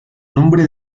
nombre